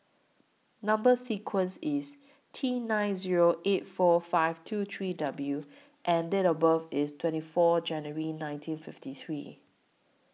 Number sequence IS T nine Zero eight four five two three W and Date of birth IS twenty four January nineteen fifty three